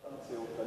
את חברת הנשיאות.